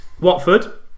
Watford